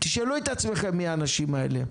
תשאלו את עצמכם מי האנשים האלה?